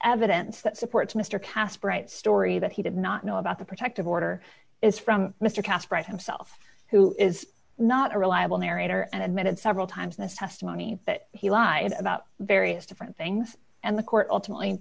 evidence that supports mister casper wright story that he did not know about the protective order is from mister kasparov himself who is not a reliable narrator and admitted several times in this testimony that he lied about various different things and the court ultimately